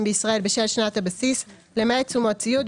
בישראל בשל שנת הבסיס למעט תשומות ציוד,